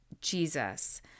Jesus